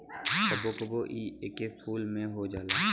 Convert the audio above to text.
कबो कबो इ एके फूल में हो जाला